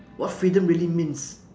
what freedom really means